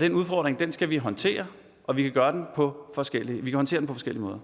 Den udfordring skal vi håndtere, og vi kan håndtere den på forskellige måder.